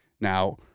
now